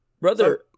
Brother